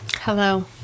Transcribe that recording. Hello